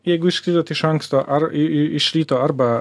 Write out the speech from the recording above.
jeigu išskridot iš anksto ar i iš ryto arba